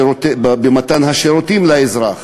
במתן השירותים לאזרח.